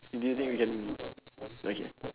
do you think we can okay